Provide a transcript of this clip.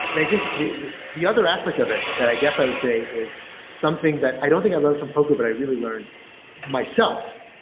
and i think the the other aspect of it that i guess i would say is something that i don't think i learned from poker, but i really learned myself,